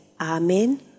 amen